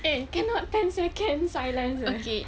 eh cannot ten seconds silence